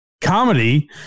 comedy